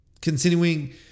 Continuing